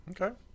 Okay